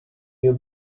you